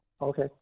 Okay